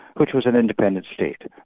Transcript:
which was an independent state.